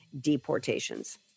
deportations